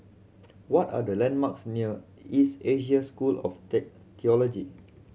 what are the landmarks near East Asia School of